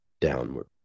downward